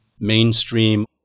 mainstream